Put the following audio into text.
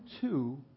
two